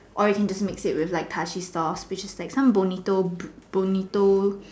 or you can just mix it with dashi sauce which is like Bonito Bonito